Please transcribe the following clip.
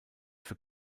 für